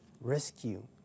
rescue